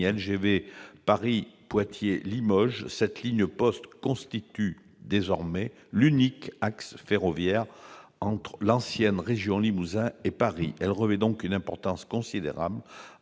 Paris-Poitiers-Limoges, la ligne POLT constitue désormais l'unique axe ferroviaire entre l'ancienne région Limousin et Paris. Elle revêt donc une importance considérable